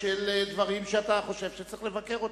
של דברים שאתה חושב שאתה צריך לבקר.